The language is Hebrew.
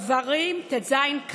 דברים ט"ז כ'.